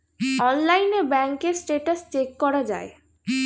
অনলাইনে ব্যাঙ্কের status check করা যায়